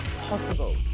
possible